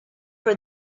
for